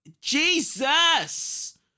Jesus